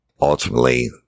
Ultimately